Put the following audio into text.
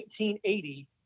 1980